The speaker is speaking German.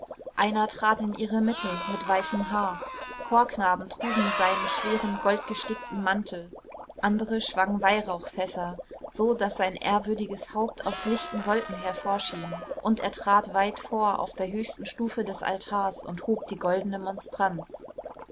einer trat in ihre mitte mit weißem haar chorknaben trugen seinen schweren goldgestickten mantel andere schwangen weihrauchfässer so daß sein ehrwürdiges haupt aus lichten wolken hervorschien und er trat weit vor auf der höchsten stufe des altars und hob die goldene monstranz